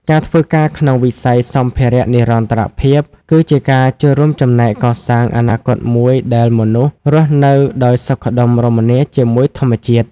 ការធ្វើការក្នុងវិស័យសម្ភារៈនិរន្តរភាព គឺជាការចូលរួមចំណែកកសាងអនាគតមួយដែលមនុស្សរស់នៅដោយសុខដុមរមនាជាមួយធម្មជាតិ។